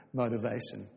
motivation